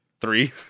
Three